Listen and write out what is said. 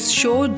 show